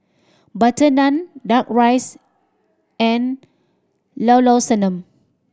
butter naan Duck Rice and Llao Llao Sanum